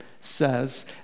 says